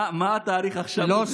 מה התאריך עכשיו במשרד החינוך.